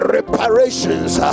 Reparations